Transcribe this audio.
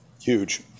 Huge